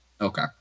Okay